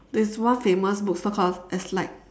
there's one famous bookstore called eslite